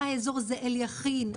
זה אליכין,